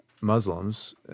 Muslims